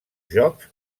jocs